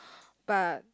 but